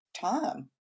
time